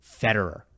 Federer